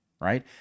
right